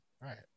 Right